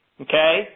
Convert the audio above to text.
Okay